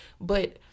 But-